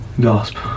gasp